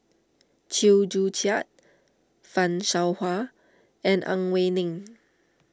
Chew Joo Chiat Fan Shao Hua and Ang Wei Neng